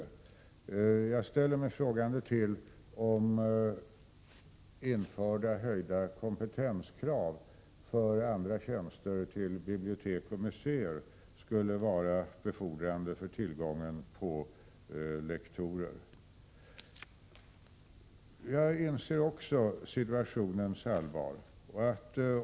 Däremot ställer jag mig frågande till om ett införande av höjda kompetenskrav för tjänster på bibliotek och museer skulle vara befordrande för tillgången på lektorer. Jag inser också situationens allvar.